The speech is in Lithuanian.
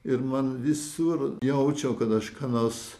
ir man visur jaučiau kad aš ką nors